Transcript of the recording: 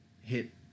hit